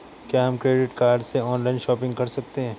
क्या हम credit card से ऑनलाइन शॉपिंग कर सकते हैं?